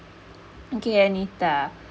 okay anita